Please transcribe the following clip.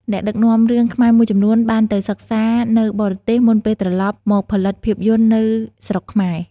អ្នកដឹកនាំរឿងខ្មែរមួយចំនួនបានទៅសិក្សានៅបរទេសមុនពេលត្រឡប់មកផលិតភាពយន្តនៅស្រុកខ្មែរ។